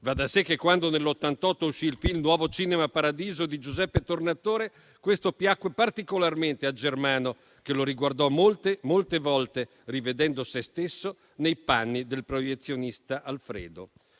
Va da sé che, quando nel 1988 uscì il film "Nuovo cinema Paradiso" di Giuseppe Tornatore, questo piacque particolarmente a Germano, che lo riguardò molte volte, rivedendo sé stesso nei panni del proiezionista Alfredo.